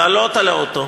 לעלות לאוטו,